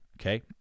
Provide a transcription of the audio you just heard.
Okay